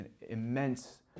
immense